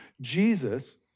Jesus